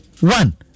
One